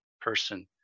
person